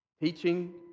teaching